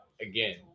again